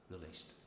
released